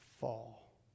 fall